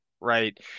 right